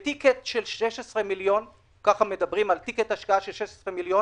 על טיקט השקעה של 16 מיליון